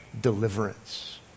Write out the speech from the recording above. deliverance